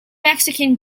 mexican